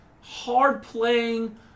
hard-playing